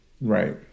right